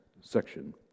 section